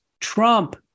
Trump